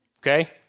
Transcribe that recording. Okay